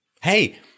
Hey